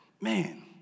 man